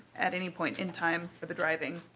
at any point in time with the driving.